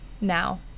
now